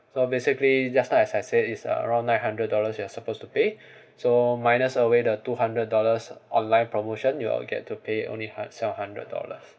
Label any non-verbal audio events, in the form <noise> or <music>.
so basically just now as I said it's uh around nine hundred dollars you are supposed to pay <breath> so minus away the two hundred dollars online promotion you all get to pay only hund~ seven hundred dollars